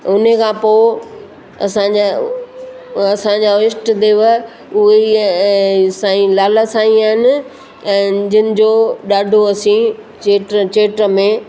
उने खां पोइ असांजा असांजा असांजा ईष्टदेव उहे ई साईं लाल साईं आहिनि ऐं जंहिंजो ॾाढो असी चेट चेट में